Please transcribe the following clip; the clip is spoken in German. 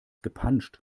gepanscht